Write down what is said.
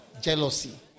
Jealousy